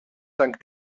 dank